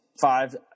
five